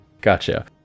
Gotcha